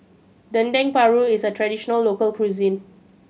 Dendeng Paru is a traditional local cuisine